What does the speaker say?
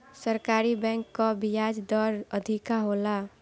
सरकारी बैंक कअ बियाज दर अधिका होला